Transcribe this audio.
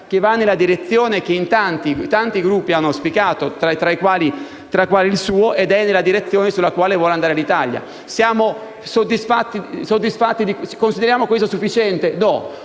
che va nella direzione che tanti Gruppi hanno auspicato, ed è la direzione nella quale vuole andare l'Italia. Consideriamo questo sufficiente? No.